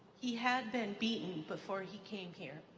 he had been beaten before he came here.